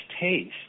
taste